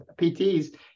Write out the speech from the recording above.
PTs